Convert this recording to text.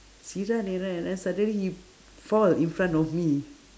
s~ he run and run and run suddenly he fall in front of me